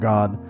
God